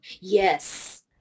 Yes